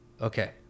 okay